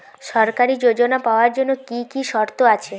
সরকারী যোজনা পাওয়ার জন্য কি কি শর্ত আছে?